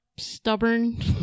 Stubborn